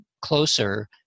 closer